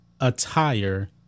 attire